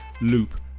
loop